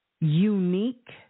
unique